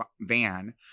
Van